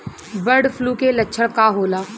Bird flu के लक्षण का होला?